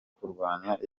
kurwanya